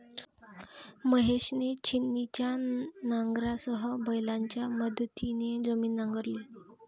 महेशने छिन्नीच्या नांगरासह बैलांच्या मदतीने जमीन नांगरली